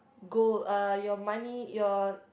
goal uh your money your